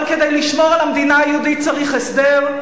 אבל כדי לשמור על המדינה היהודית צריך הסדר,